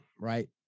right